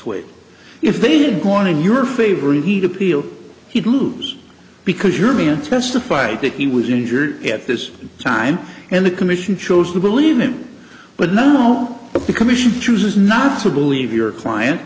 wait if they didn't corn in your favor eat appealed he'd lose because you're me and testified that he was injured at this time and the commission chose to believe him but now the commission chooses not to believe your client